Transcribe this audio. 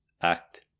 act